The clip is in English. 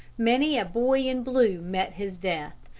many a boy in blue met his death,